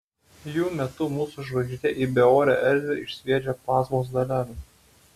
jų metu mūsų žvaigždė į beorę erdvę išsviedžia plazmos dalelių